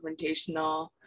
confrontational